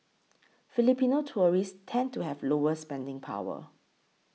Filipino tourists tend to have lower spending power